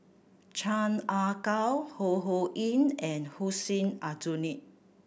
Chan Ah Gao Ho Ho Ying and Hussein Aljunied